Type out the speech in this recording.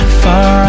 far